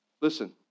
Listen